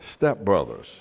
stepbrothers